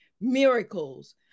miracles